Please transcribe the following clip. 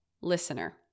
listener